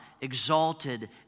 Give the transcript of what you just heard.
exalted